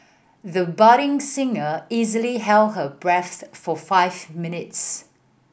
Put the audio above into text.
the budding singer easily held her breath for five minutes